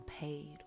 paid